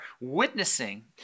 witnessing